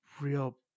real